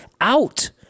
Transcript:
out